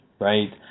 right